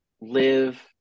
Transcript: live